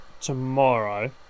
tomorrow